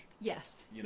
Yes